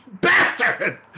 Bastard